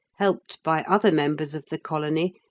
helped by other members of the colony,